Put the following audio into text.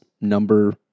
number